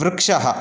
वृक्षः